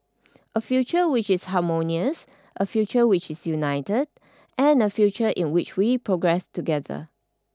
a future which is harmonious a future which is united and a future in which we progress together